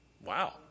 Wow